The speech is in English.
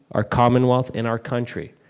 our commonwealth, and our country.